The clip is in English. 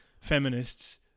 feminists